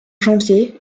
janvier